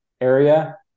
area